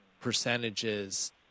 percentages